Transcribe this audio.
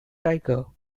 tiger